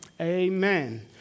Amen